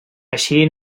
així